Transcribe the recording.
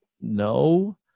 No